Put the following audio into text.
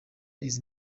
izi